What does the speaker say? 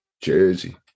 jersey